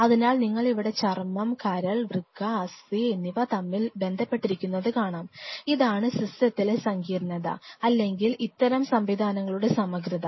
അതിനാൽ നിങ്ങൾ ഇവിടെ ചർമ്മം കരൾ വൃക്ക അസ്ഥി എന്നിവ തമ്മിൽ ബന്ധപ്പെട്ടിരിക്കുന്നത് കാണാം ഇതാണ് സിസ്റ്റത്തിലെ സങ്കീർണ്ണത അല്ലെങ്കിൽ ഇത്തരം സംവിധാനങ്ങളുടെ സമഗ്രത